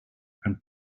and